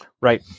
Right